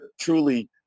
truly